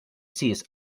sis